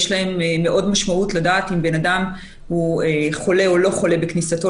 יש משמעות לדעת אם בן אדם חולה או לא חולה בכניסתו